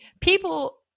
People